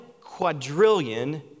quadrillion